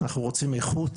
אנחנו רוצים איכות,